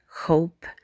hope